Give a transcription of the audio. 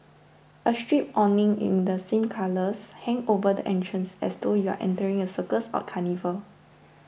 a striped awning in the same colours hang over the entrance as though you are entering a circus or carnival